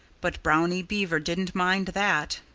but brownie beaver didn't mind that.